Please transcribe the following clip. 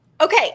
Okay